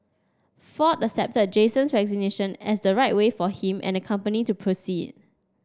ford accepted Jason's resignation as the right way for him and the company to proceed